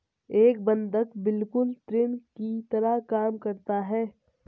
एक बंधक बिल्कुल ऋण की तरह काम करता है